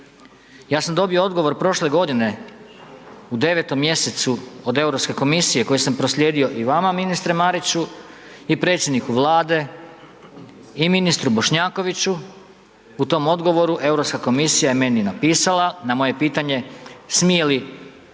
Ja sam dobio odgovor prošle godine u 9. mjesecu od Europske komisije kojoj sam proslijedio i vama ministre Mariću i predsjedniku Vlade i ministru Bošnjakoviću, u tom odgovoru Europska komisija je meni napisala na moje pitanje smije li